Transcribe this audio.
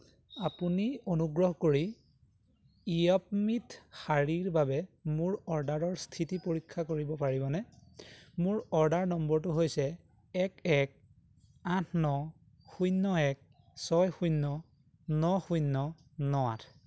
আপুনি অনুগ্ৰহ কৰি ইয়পমিত শাৰীৰ বাবে মোৰ অৰ্ডাৰৰ স্থিতি পৰীক্ষা কৰিব পাৰিবনে মোৰ অৰ্ডাৰ নম্বৰটো হৈছে এক এক আঠ ন শূন্য এক ছয় শূন্য ন শূন্য ন আঠ